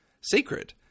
sacred